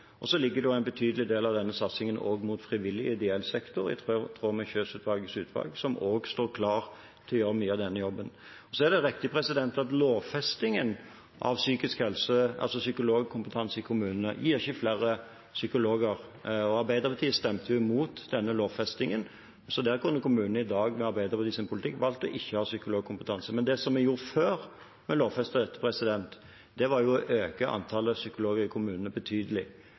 En betydelig del av denne satsingen ligger også i frivillig, ideell sektor, i tråd med Kjøs-utvalget, som også står klar til å gjøre mye av denne jobben. Så er det riktig at lovfestingen av psykologkompetanse i kommunene ikke gir flere psykologer. Arbeiderpartiet stemte jo imot denne lovfestingen, så med Arbeiderpartiets politikk kunne kommunene i dag valgt ikke å ha psykologkompetanse. Men det vi gjorde før vi lovfestet dette, var å øke antallet psykologer i kommunene betydelig.